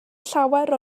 llawer